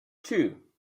two